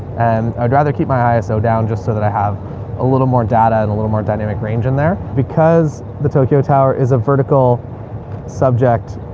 and i'd rather keep my iso so down. just so that i have a little more data and a little more dynamic range in there because the tokyo tower is a vertical subject.